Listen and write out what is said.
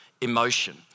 emotion